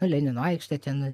lenino aikštė ten